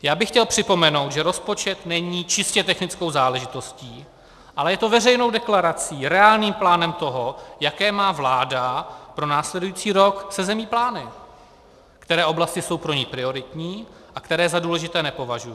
Já bych chtěl připomenout, že rozpočet není čistě technickou záležitostí, ale je to veřejnou deklarací, reálným plánem toho, jaké má vláda pro následující rok se zemí plány, které oblasti jsou pro ni prioritní a které za důležité nepovažuje.